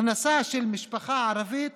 הכנסה של משפחה ערבית,